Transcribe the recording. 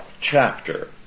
chapter